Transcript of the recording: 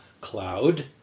cloud